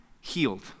healed